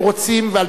הם רוצים לבקר,